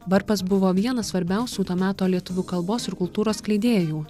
varpas buvo vienas svarbiausių to meto lietuvių kalbos ir kultūros skleidėjų